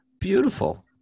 beautiful